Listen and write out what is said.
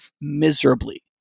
miserably